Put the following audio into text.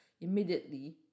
immediately